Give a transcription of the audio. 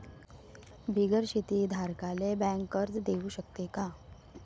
बिगर शेती धारकाले बँक कर्ज देऊ शकते का?